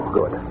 Good